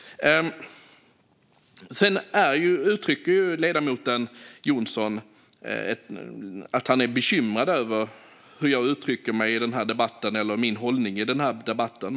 Ledamoten Jonsson säger att han är bekymrad över min hållning i den här debatten.